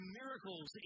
miracles